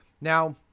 Now